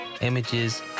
images